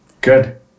good